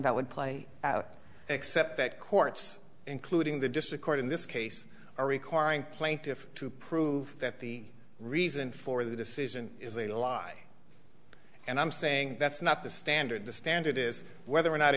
about would play out except that courts including the district court in this case are requiring plaintiffs to prove that the reason for the decision is a lie and i'm saying that's not the standard the standard is whether or not